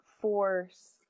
force